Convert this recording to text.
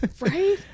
right